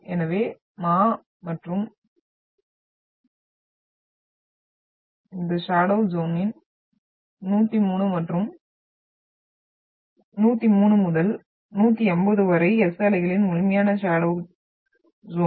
எனவே மா மற்றும் இந்த ஷடோவ் ஜ்யோன் 103 முதல் 180 வரை S அலைகளின் முழுமையான ஷடோவ் ஜ்யோன்